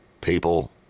People